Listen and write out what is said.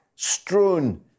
strewn